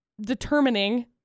determining